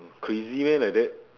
crazy meh like that